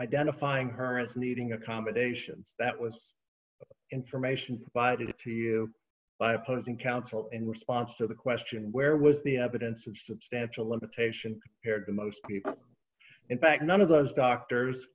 identifying her as needing accommodations that was information provided to you by opposing counsel in response to the question where was the evidence of substantial limitation here to most people in fact none of those doctors